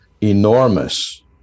enormous